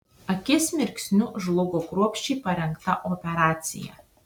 akies mirksniu žlugo kruopščiai parengta operacija